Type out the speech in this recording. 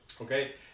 okay